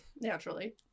naturally